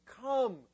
come